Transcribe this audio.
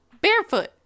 barefoot